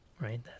Right